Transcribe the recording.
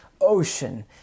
ocean